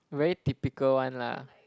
very typical one lah